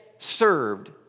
Served